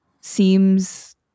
seems